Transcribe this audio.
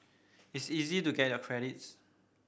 it's easy to get your credits